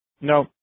no